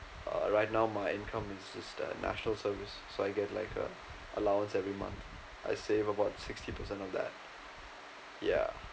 uh right now my income is just um national service so I get like a allowance every month I save about sixty percent of that ya